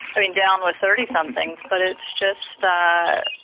i mean, down with thirty somethings, but it's just,